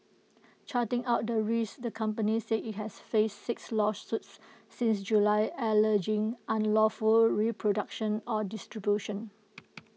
charting out the risks the company said IT had faced six lawsuits since July alleging unlawful reproduction or distribution